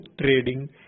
Trading